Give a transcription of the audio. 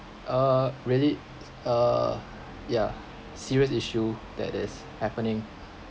uh really uh ya serious issue that is happening